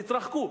תתרחקו.